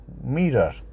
mirror